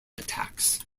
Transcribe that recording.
attacks